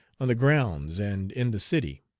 on the grounds and in the city.